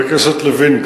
חבר הכנסת לוין,